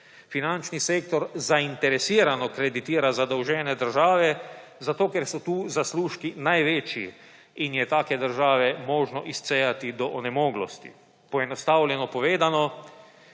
Finančnih sektor zainteresirano kreditira zadolžene države, zato ker so tu zaslužki največji in je take države možno izcejati do onemoglosti. Poenostavljeno povedano,